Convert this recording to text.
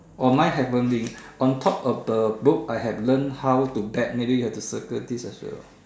orh mine haven't read on top of the book I have learn how to bet maybe you have to circle this as well